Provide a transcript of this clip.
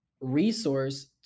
resource